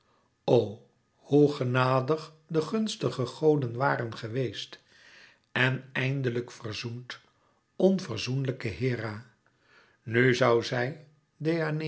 o hoe genadig de gunstige goden waren geweest en eindelijk verzoend onverzoenlijke hera nu zoû zij